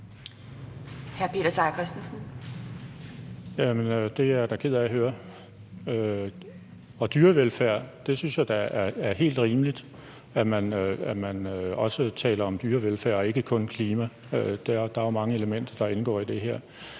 Det er jeg da ked af at høre. Jeg synes da, det er helt rimeligt, at man også taler om dyrevelfærd og ikke kun klima. Der er jo mange elementer, der indgår i det her.